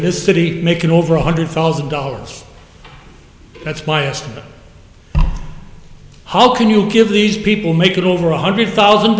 in this city making over one hundred thousand dollars that's my estimate how can you give these people making over one hundred thousand